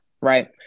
right